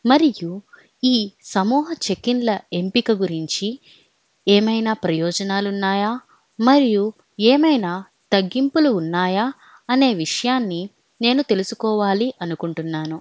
మరియు ఈ సమూహ చెక్ ఇన్ల ఎంపిక గురించి ఏమైనా ప్రయోజనాలు ఉన్నాయా మరియు ఏమైనా తగ్గింపులు ఉన్నాయా అనే విషయాన్ని నేను తెలుసుకోవాలి అనుకుంటున్నాను